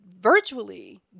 virtually